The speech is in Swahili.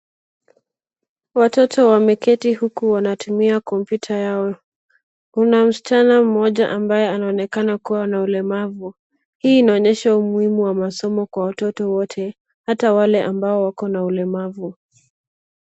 Watoto wameketi uku wanatumia kompyuta yao. Kuna msichana mmoja ambaye anaonekana kuwa na ulemavu. Hii inaonyesha umuhimu wa masomo kwa watoto wote ata wale ambao wakona ulemavu.